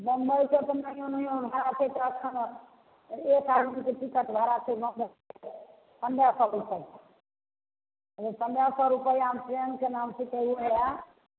बम्बई सँ तऽ नहियो नहियो भाड़ा छै अखन एक आदमीके टिकट भाड़ा छै नहि नहि पन्द्रह सए रुपैआ पन्द्रह सए रुपैआमे ट्रैनके नाम छै